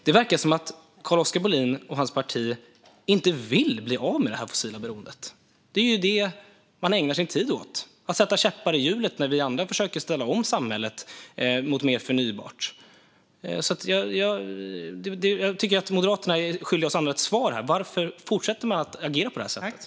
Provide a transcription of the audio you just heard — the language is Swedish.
Det verkar som om Carl-Oskar Bohlin och hans parti inte vill bli av med det här fossila beroendet. Man ägnar ju sin tid åt att sätta käppar i hjulet när vi andra försöker ställa om samhället mot mer förnybart. Jag tycker att Moderaterna är skyldiga oss andra ett svar. Varför fortsätter man att agera på det här sättet?